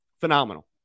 phenomenal